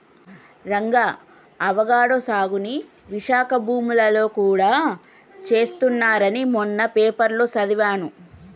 Ranga avocado సాగుని విశాఖ భూములలో గూడా చేస్తున్నారని మొన్న పేపర్లో సదివాను